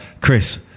Chris